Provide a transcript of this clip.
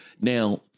Now